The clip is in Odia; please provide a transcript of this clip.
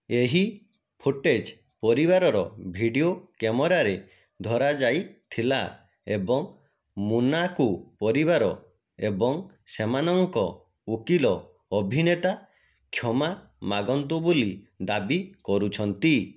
ଏହି ଫୁଟେଜ୍ ପରିବାରର ଭିଡ଼ିଓ କ୍ୟାମେରାରେ ଧରାଯାଇଥିଲା ଏବଂ ମୋନାକୋ ପରିବାର ଏବଂ ସେମାନଙ୍କ ଓକିଲ ଅଭିନେତା କ୍ଷମା ମାଗନ୍ତୁ ବୋଲି ଦାବି କରୁଛନ୍ତି